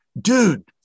Dude